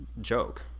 joke